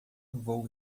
vou